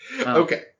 Okay